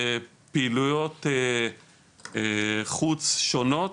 פעילויות חוץ שונות